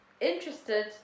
interested